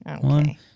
One